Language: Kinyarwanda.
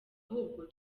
ahubwo